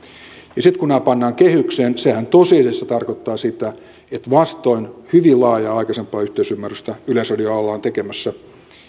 ja sitten kun nämä pannaan kehykseen sehän tosiasiassa tarkoittaa sitä että vastoin hyvin laajaa aikaisempaa yhteisymmärrystä yleisradiota ollaan tekemässä